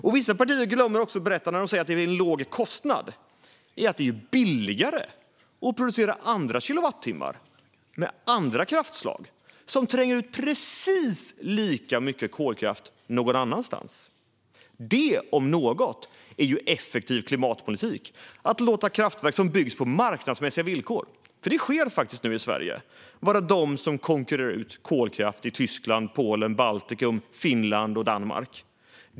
När vissa partier säger att det är en låg kostnad glömmer de också att berätta att det är billigare att producera andra kilowattimmar med andra kraftslag som tränger ut precis lika mycket kolkraft någon annanstans. Det om något är ju effektiv klimatpolitik: att låta kraftverk som byggs på marknadsmässiga villkor - det sker nu i Sverige - vara de som konkurrerar ut kolkraft i Tyskland, Polen, Baltikum, Finland och Danmark.